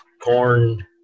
corn